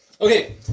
okay